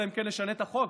אלא אם כן נשנה את החוק.